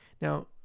now